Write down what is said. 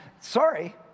sorry